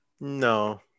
no